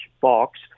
Box